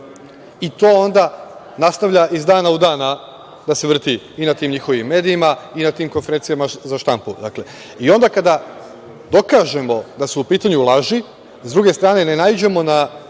i to onda nastavlja iz dana u dan da se vrti i na tim njihovim medijima i na tim konferencijama za štampu. I onda, kada dokažemo da su u pitanju laži, s druge strane ne naiđemo na